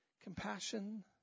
Compassion